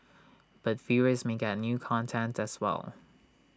but viewers may get new content as well